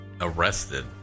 arrested